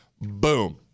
boom